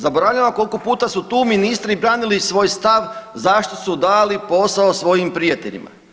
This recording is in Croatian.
Zaboravljamo koliko puta su tu ministri branili svoj stav zašto su dali posao svojim prijateljima.